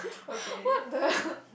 what the